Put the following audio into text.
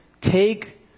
take